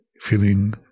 feeling